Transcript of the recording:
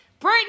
Britney